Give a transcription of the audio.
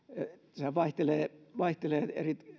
sehän vaihtelee vaihtelee